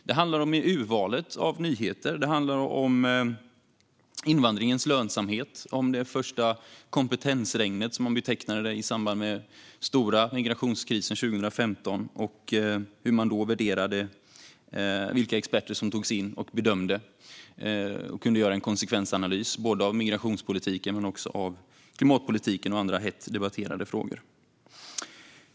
Det handlar om urvalet av nyheter, om invandringens lönsamhet - det första "kompetensregnet", som man betecknade den stora migrationskrisen 2015 - och om hur man värderade vilka experter som man tog in och som fick bedöma och göra en konsekvensanalys av migrationspolitiken, klimatpolitiken och andra hett debatterade frågor.